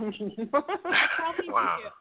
Wow